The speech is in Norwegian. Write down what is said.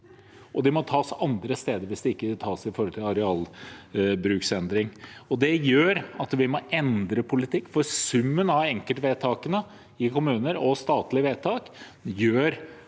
og det må tas fra andre steder hvis det ikke tas fra arealbruksendring. Det gjør at vi må endre politikk, for summen av enkeltvedtakene i kommuner og statlige vedtak gjør